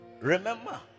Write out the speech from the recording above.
remember